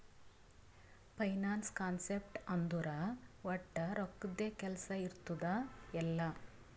finance concept ಅಂದುರ್ ವಟ್ ರೊಕ್ಕದ್ದೇ ಕೆಲ್ಸಾ ಇರ್ತುದ್ ಎಲ್ಲಾ